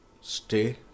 stay